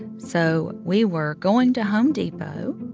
so we were going to home depot,